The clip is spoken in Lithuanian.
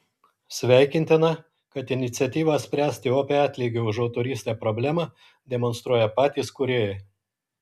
sveikintina kad iniciatyvą spręsti opią atlygio už autorystę problemą demonstruoja patys kūrėjai